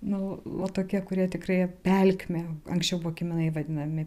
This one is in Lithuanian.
nu va tokie kurie tikrai pelkmė anksčiau buvo kiminai vadinami